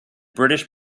british